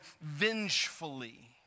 vengefully